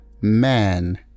man